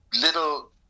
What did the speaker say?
little